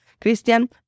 Christian